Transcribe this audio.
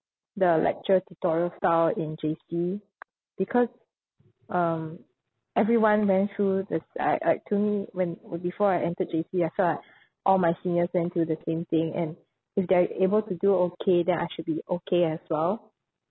the lecture tutorial style in J_C because um everyone went through this like like to me when would before I entered J_C I thought all my seniors went through the same thing and if they're able to do okay then I should be okay as well